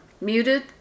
muted